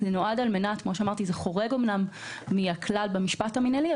זה אומנם חורג מהכלל במשפט המינהלי,